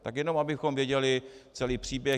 Tak jenom abychom věděli celý příběh.